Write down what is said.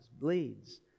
bleeds